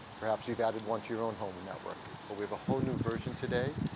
perhaps you've added one to your own home network, but we have a whole new version today.